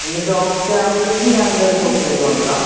എന്നിട്ട് ഓക്കെ ആയില്ലെങ്കില് ഞാന് എന്തായാലും ഷോപ്പിലേക്ക് കൊണ്ടുവരാം